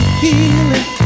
healing